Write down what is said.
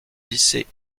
lycée